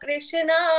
Krishna